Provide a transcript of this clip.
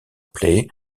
play